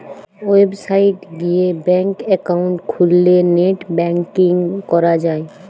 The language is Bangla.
ওয়েবসাইট গিয়ে ব্যাঙ্ক একাউন্ট খুললে নেট ব্যাঙ্কিং করা যায়